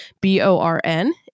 B-O-R-N